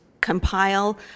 compile